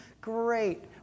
Great